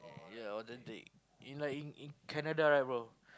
ya or then they in like in in Canada right bro